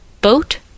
Boat